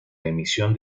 emisión